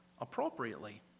appropriately